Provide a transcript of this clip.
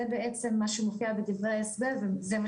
זה בעצם מה שמופיע בדברי ההסבר וזה מה